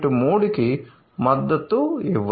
3 కి మద్దతు ఇవ్వదు